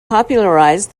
popularized